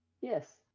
Yes